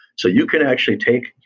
so you can actually take,